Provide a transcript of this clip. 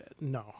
no